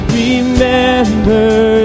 remember